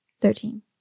Thirteen